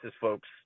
folks